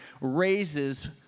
raises